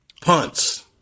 Punts